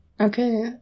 Okay